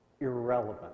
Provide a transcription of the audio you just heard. irrelevant